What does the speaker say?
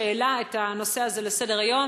שהעלה את הנושא הזה לסדר-היום,